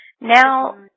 Now